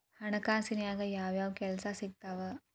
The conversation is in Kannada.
ಹಣಕಾಸಿನ್ಯಾಗ ಯಾವ್ಯಾವ್ ಕೆಲ್ಸ ಸಿಕ್ತಾವ